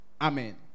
Amen